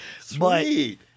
Sweet